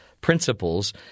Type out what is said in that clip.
principles